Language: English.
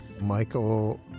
Michael